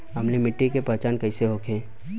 अम्लीय मिट्टी के पहचान कइसे होखे?